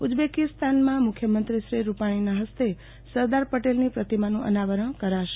ઉઝબેકિસ્તાનમાં મુખ્યમંત્રી શ્રી રૂપાણીના હસ્તે સરદાર પટેલની પ્રતિમાનું અનાવરણ કરાશે